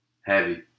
Heavy